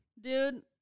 Dude